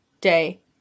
day